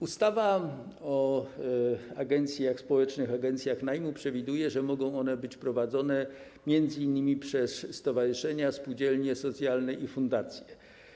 Ustawa o społecznych agencjach najmu przewiduje, że mogą być one prowadzone m.in. przez stowarzyszenia, spółdzielnie socjalne i fundacje.